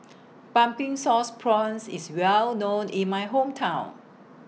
Pumpkin Sauce Prawns IS Well known in My Hometown